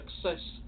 success